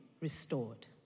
restored